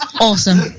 Awesome